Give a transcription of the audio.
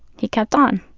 he kept on.